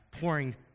pouring